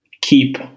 keep